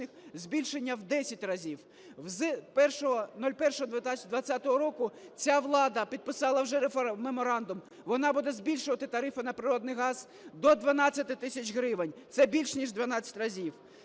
збільшення в 10 разів. З 01.01.2020 року ця влада підписала вже меморандум, вона буде збільшувати тарифи на природний газ до 12 тисяч гривень. Це більш ніж в 12 разів.